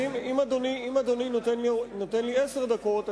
אם אדוני נותן לי עשר דקות,